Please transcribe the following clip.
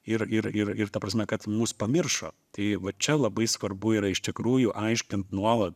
ir ir ir ir ta prasme kad mus pamiršo tai va čia labai svarbu yra iš tikrųjų aiškint nuolat